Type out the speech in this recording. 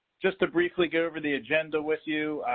just to briefly go over the agenda with you.